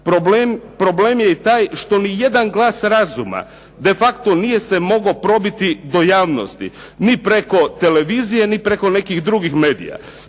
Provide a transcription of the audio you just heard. Problem je i taj što nijedan glas razuma de facto nije se mogao probiti do javnosti ni preko televizije ni preko nekih drugih medija.